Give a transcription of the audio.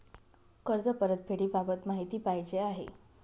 कर्ज परतफेडीबाबत माहिती पाहिजे आहे